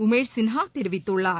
உமேஷ் சின்ஹா தெரிவித்துள்ளார்